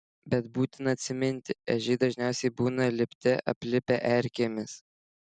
bet būtina atsiminti ežiai dažniausiai būna lipte aplipę erkėmis